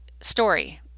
story